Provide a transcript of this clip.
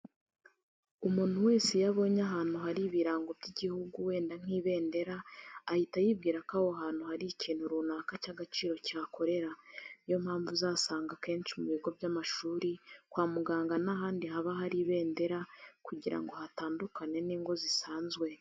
Umuntu wese iyo abonye ahantu hari ibirango by'igihugu, wenda nk'ibendera, ahita yibwira ko aho hantu hari ikintu runaka cy'agaciro kihakorea. Niyo mpamvu uzasanga akenshi mu bigo by'amashuri, kwa muganga n'ahandi haba bari ibendera kugira ngo hatandukane n'ingo zisanzwe.